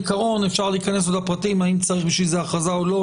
אפשר להיכנס לפרטים האם צריך בשביל זה הכרזה או לא,